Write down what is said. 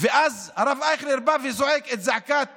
ואז הרב אייכלר בא וזועק את זעקת